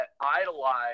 idolize